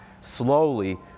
slowly